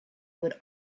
would